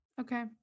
Okay